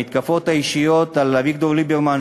המתקפות האישיות על אביגדור ליברמן,